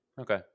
Okay